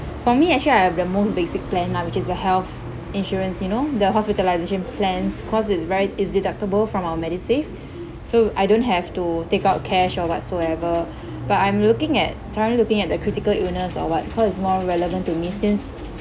for me actually I have the most basic plan lah which is the health insurance you know the hospitalisation plans cause it's very it's deductible from our MediSave so I don't have to take out cash or whatsoever but I'm looking at currently looking at the critical illness or what because it's more relevant to me since